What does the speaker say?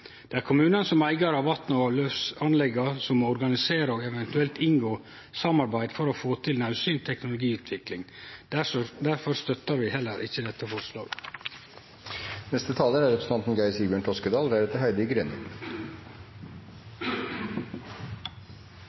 difor på kommunane. Det er kommunane, som eigarar av vass- og avløpsanlegga, som organiserer og eventuelt inngår samarbeid for å få til naudsynt teknologiutvikling. Difor støttar vi heller ikkje dette forslaget. Vann er